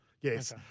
Yes